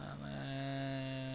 நான்